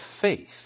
faith